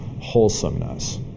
wholesomeness